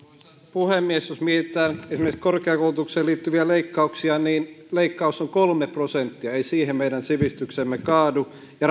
puhemies jos mietitään esimerkiksi korkeakoulutukseen liittyviä leikkauksia niin leikkaus on kolme prosenttia ei siihen meidän sivistyksemme kaadu ja